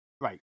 Right